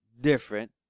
different